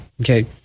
Okay